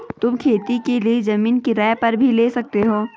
तुम खेती के लिए जमीन किराए पर भी ले सकते हो